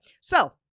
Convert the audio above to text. So-